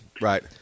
Right